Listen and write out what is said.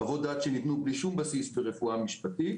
חוות דעת שניתנו בלי שום בסיס ברפואה משפטית.